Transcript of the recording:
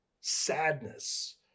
sadness